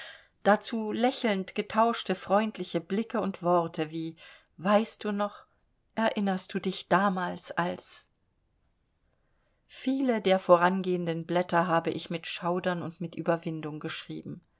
dazu lächelnd getauschte freundliche blicke und worte wie weißt du noch erinnerst du dich damals als viele der vorangehenden blätter habe ich mit schaudern und mit überwindung geschrieben